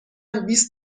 بیست